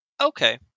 Okay